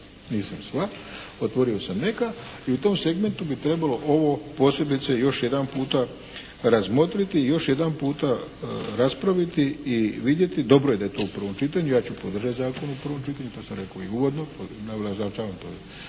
nisam sva, otvorio sam neka. I u tom segmentu bi trebalo ovo posebice još jedan puta razmotriti i još jedan puta raspraviti i vidjeti. Dobro je da je to u prvom čitanju, ja ću podržati zakon u prvom čitanju to sam rekao i uvodno, naglašavam to